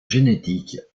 génétiques